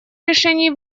решении